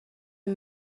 این